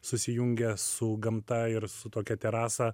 susijungia su gamta ir su tokia terasa